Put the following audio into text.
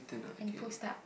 and pull stop